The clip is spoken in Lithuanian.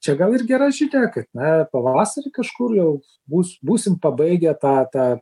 čia gal ir gera žinia kad na pavasarį kažkur jau bus būsim pabaigę tą tą